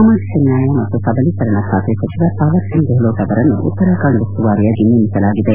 ಸಾಮಾಜಿಕ ನ್ಲಾಯ ಮತ್ತು ಸಬಲೀಕರಣ ಖಾತೆ ಸಚಿವ ತಾವರ್ ಚಂದ್ ಗೆಹ್ಲೋಟ್ ಅವರನ್ನು ಉತ್ತರಾಖಂಡ್ ಉಸ್ತುವಾರಿಯಾಗಿ ನೇಮಿಸಲಾಗಿದೆ